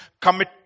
commit